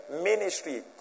ministry